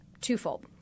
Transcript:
twofold